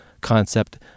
concept